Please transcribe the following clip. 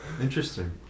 Interesting